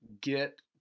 get